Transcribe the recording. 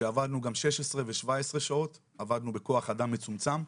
שעבדנו גם 16 ו-17 שעות, עבדנו בכוח אדם מצומצם.